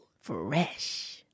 Fresh